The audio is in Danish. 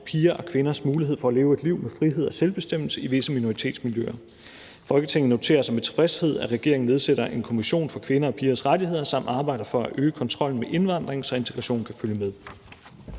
piger og kvinders mulighed for at leve et liv med frihed og selvbestemmelse i visse minoritetsmiljøer. Folketinget noterer sig med tilfredshed, at regeringen nedsætter en kommission for kvinder og pigers rettigheder samt arbejder for at øge kontrollen med indvandringen, så integrationen kan følge med.«